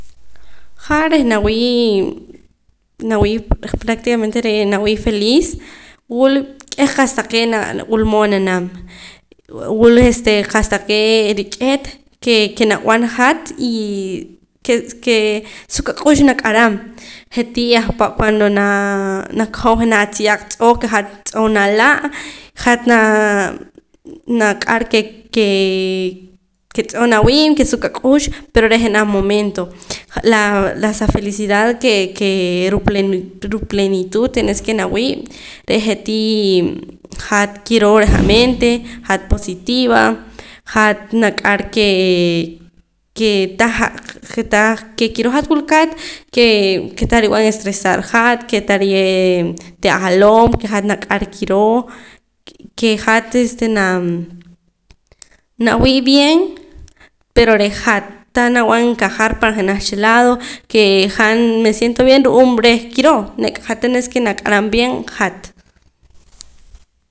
Jaa reh nawii' nawii' reh prácticamente reh nawii' feliz wul k'eh qa'sa taqee' wulmood nanam wul este qa'sa taqee' rich'eet ke ke nab'an hat y ke ke suq ak'ux nak'aram je'tii ahpa' cuando naa nakojom jenaj atziyaaq tz'oo' ke hat tz'oo' nala' hat naa nak'ar ke kee ke tz'oo' nawii' ke suq ak'ux pero re' jenaj momento la la sa felicidad ke ke ruu' plenitud tenés ke nawii' reh je'tii hat kiroo reh amente hat positiva hat nak'ar kee ke tah je' tah ke kiroo hat wilkaat kee ke tah rib'an estresar hat ke ta riye' te' ajaloom ke hat nak'ar kiroo ke hat este naa nawi' bien pero re' hat tan nab'an encajar jenaj cha lado ke han me siento bien ru'uum reh kiroo nek' hat tenés ke nak'aram bien hat